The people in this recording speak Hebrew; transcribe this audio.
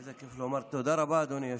איזה כיף לומר: תודה רבה, אדוני היושב-ראש.